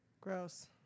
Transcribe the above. Gross